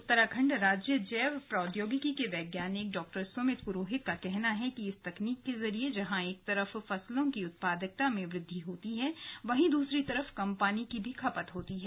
उत्तराखंड राज्य जैव प्रौद्योगिकी के वैज्ञानिक डॉ सुमित पुरोहित का कहना है कि इस तकनीक के जरिए जहां एक तरफ फसलों की उत्पादकता में वृद्धि होती है वहीं दूसरी तरफ कम पानी की खपत होती है